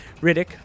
Riddick